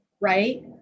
right